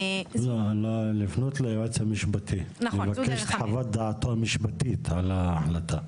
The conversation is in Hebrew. לפנות ליועץ המשפטי ולבקש את חוות דעתו המשפטית על ההחלטה.